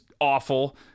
awful